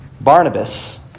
Barnabas